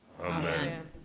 Amen